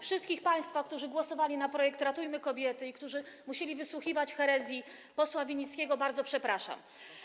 Wszystkich państwa, którzy głosowali na projekt „Ratujmy kobiety” i którzy musieli wysłuchiwać herezji posła Winnickiego, bardzo przepraszam.